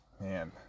Man